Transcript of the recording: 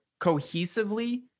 cohesively